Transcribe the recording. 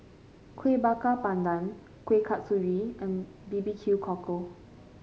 Kueh Bakar Pandan Kueh Kasturi and B B Q Cockle